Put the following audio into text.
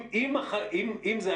אם זה,